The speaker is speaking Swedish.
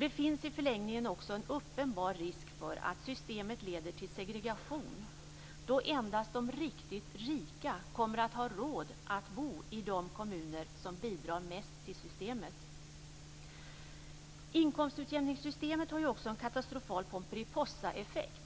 Det finns i förlängningen också en uppenbar risk för att systemet leder till segregation, då endast de riktigt rika kommer att ha råd att bo i de kommuner som bidrar mest till systemet. Inkomstutjämningssystemet har ju också en katastrofal Pomperiopossaeffekt.